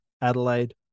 Adelaide